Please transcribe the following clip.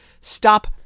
Stop